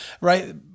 right